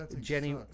Jenny